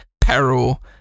peril